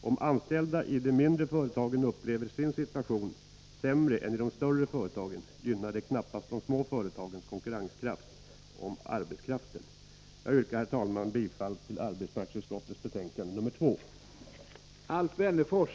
Om anställda i de mindre företagen upplever sin situation som sämre än den som de anställda i de större företagen har, gynnar det knappast de små företagens